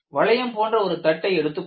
வளையம் போன்ற ஒரு தட்டை எடுத்துக் கொள்க